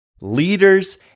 leaders